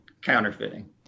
counterfeiting